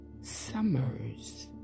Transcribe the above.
Summers